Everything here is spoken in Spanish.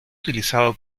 utilizado